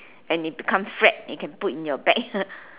and it become flat you can put it in your bag